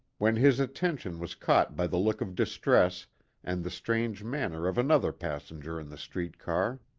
when his attention was caught by the look of distress and the strange manner of another passenger in the street car,